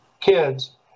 kids